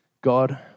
God